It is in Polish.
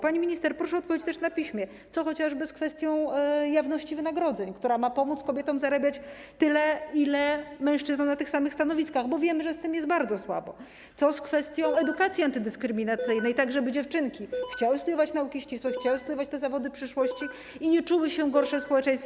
Pani minister, proszę o odpowiedź też na piśmie, co chociażby z kwestią jawności wynagrodzeń, która ma pomóc kobietom zarabiać tyle, ile mężczyźni na tych samych stanowiskach, bo wiemy, że z tym jest bardzo słabo, co z kwestią edukacji antydyskryminacyjnej, tak żeby dziewczynki chciały studiować nauki ścisłe, chciały studiować te zawody przyszłości i nie czuły się gorsze w społeczeństwie.